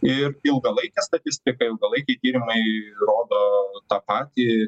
ir ilgalaikė statistika ilgalaikiai tyrimai rodo tą patį